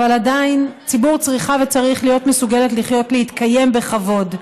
עדיין ציבור צריכה וצריך להיות מסוגלת לחיות להתקיים בכבוד.